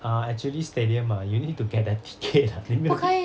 uh actually stadium ah you need to get the ticket ah you need to